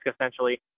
essentially